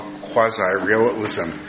quasi-realism